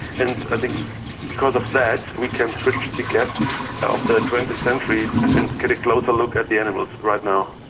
and i think because of that we can bridge the gap of the twentieth century and get a closer look at the animals right now.